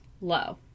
low